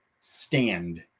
stand